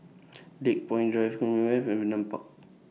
Lakepoint Drive Commonwealth Vernon Park